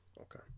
Okay